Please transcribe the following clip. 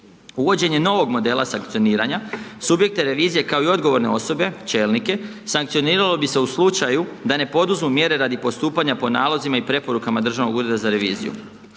Uvođenje novog modela sankcioniranja subjekte revizije kao i odgovorne osobe, čelike, sankcioniralo bi se u slučaju da ne poduzmu mjere radi postupanja po nalozima i preporukama Državnog ureda za reviziju.